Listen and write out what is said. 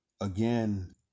again